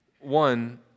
One